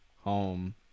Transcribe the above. home